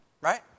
Right